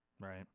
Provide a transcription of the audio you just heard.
Right